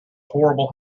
horrible